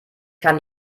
kann